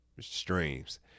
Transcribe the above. streams